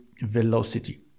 Velocity